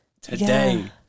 today